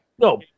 No